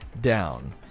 down